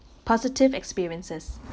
positive experiences